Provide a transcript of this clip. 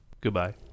Goodbye